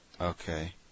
Okay